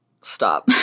stop